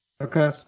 Okay